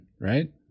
right